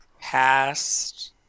past